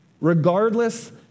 Regardless